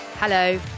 Hello